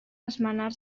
esmenar